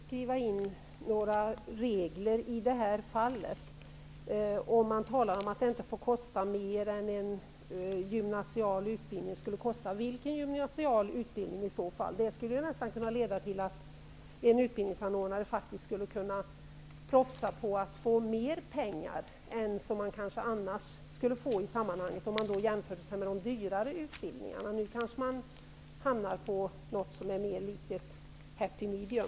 Fru talman! Det är onödigt att skriva in några regler i det här fallet. Krister Örnfjäder talar om att det inte får kosta mer än en gymnasial utbildning. Vilken gymnasial utbildning skulle det vara i så fall? Det skulle kunna leda till att en utbildningsanordnare propsar på att få mer pengar än han annars skulle få genom att jämföra sig med de dyrare utbildningarna. Nu hamnar vi kanske på något som är mer likt ett ''happy medium''.